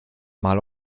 mal